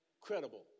Credible